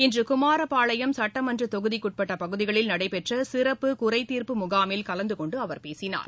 இன்று குமாரபாளையம் சட்டமன்ற தொகுதிக்கு உட்பட்ட பகுதிகளில் நடைபெற்ற சிறப்பு குறைதீர்ப்பு முகாமில் கலந்து கொண்டு அவர் பேசினார்